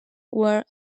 were